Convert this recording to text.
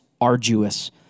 arduous